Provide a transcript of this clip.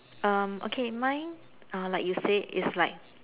um okay mine like you say it's like